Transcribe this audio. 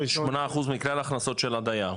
שמונה אחוז מכלל ההכנסות של הדייר?